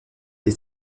des